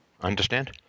understand